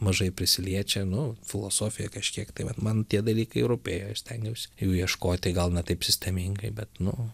mažai prisiliečia nu filosofija kažkiek tai vat man tie dalykai rūpėjo ir stengiausi jų ieškoti gal ne taip sistemingai bet nu